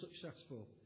successful